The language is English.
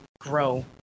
grow